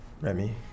remy